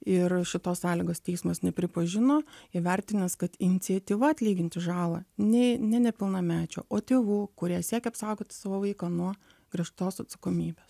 ir šitos sąlygos teismas nepripažino įvertinęs kad iniciatyva atlyginti žalą nei ne nepilnamečio o tėvų kurie siekia apsaugoti savo vaiką nuo griežtos atsakomybės